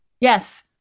Yes